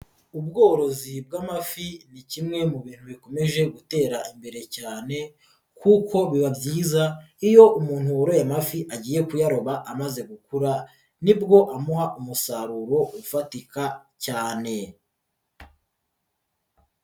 Ubworozi bw'amafi ni kimwe mu bintu bikomeje gutera imbere cyane kuko biba byiza iyo umuntu woroye amafi agiye kuyaroba amaze gukura nibwo amuha umusaruro ufatika cyane.